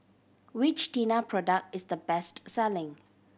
which Tena product is the best selling